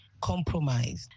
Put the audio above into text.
compromised